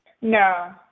no